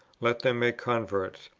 let them make converts,